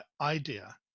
idea